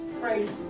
Praise